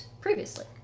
previously